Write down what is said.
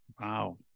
Wow